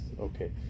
Okay